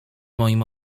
moim